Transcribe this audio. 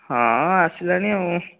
ହଁ ଆସିଲାଣି ଆଉ